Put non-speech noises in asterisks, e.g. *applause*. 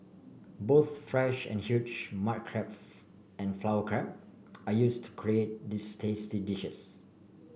both fresh and huge mud crab *unintelligible* and flower crab are use to create these tasty dishes